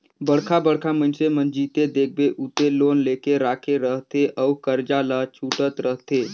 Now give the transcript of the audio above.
बड़का बड़का मइनसे मन जिते देखबे उते लोन लेके राखे रहथे अउ करजा ल छूटत रहथे